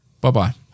Bye-bye